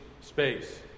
space